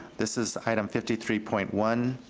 this is item fifty three point one,